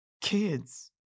Kids